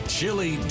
Chili